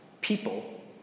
people